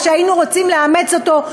שהיינו רוצים לאמץ אותו,